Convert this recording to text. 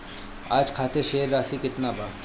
आज खातिर शेष राशि केतना बा?